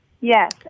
Yes